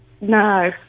No